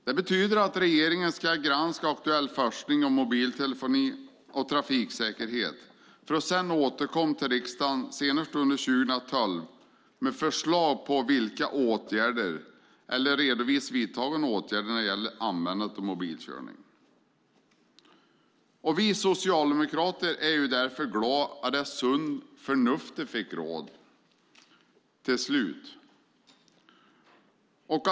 Det betyder att regeringen ska granska aktuell forskning kring mobiltelefoni och trafiksäkerhet för att sedan, senast 2012, återkomma till riksdagen med förslag till åtgärder eller med en redovisning av vidtagna åtgärder när det gäller användandet av mobil vid bilkörning. Vi socialdemokrater är glada över att det sunda förnuftet till slut fått råda.